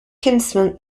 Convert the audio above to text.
kinsman